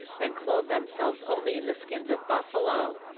and clothe themselves only in the skins of buffalo.